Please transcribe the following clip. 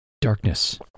darkness